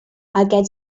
aquest